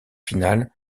finale